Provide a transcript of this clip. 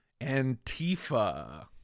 Antifa